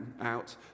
out